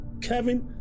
Kevin